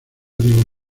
diego